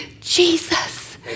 Jesus